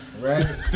Right